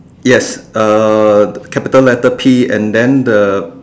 yes uh capital letter P and then the